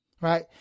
right